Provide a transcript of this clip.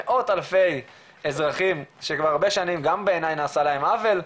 מאות אלפי אזרחים שכבר הרבה שנים גם בעיני נעשה להם עוול,